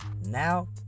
now